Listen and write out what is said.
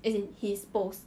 as in his post